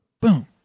boom